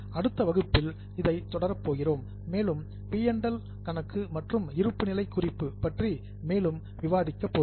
அடுத்த வகுப்பில் இதை தொடரப் போகிறோம் மேலும் பி மற்றும் எல் P L மற்றும் இருப்பு நிலை பற்றி மேலும் விவாதிக்கப் போகிறோம்